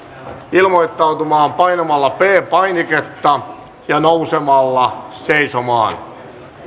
ilmoittautumaan painamalla p painiketta ja nousemalla seisomaan